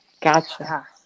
gotcha